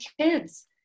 kids